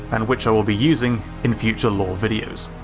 and which i will be using in future lore videos.